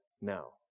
now